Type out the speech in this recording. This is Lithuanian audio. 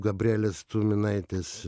gabrielės tuminaitės